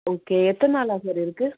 okay எத்தனை நாளாக sir இருக்குது